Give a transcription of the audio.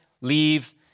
leave